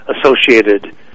associated